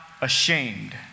ashamed